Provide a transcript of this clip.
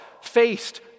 faced